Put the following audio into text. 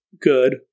good